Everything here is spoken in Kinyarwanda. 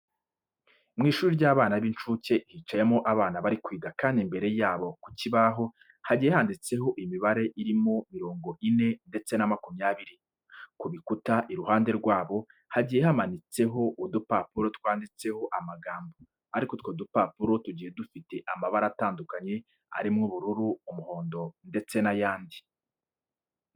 Mu ishuri ry'abana b'inshuke hicayemo abana bari kwiga kandi imbere yabo ku kibaho hagiye handitseho imibare irimo mirongo ine ndetse na makumyabiri. Ku bukuta iruhande rwabo hagiye hamanitseho udupapuro twanditseho amagambo ariko utwo dupapuro tugiye dufite amabara atandukanye arimo ubururu, umuhondo ndetse n'ayandi.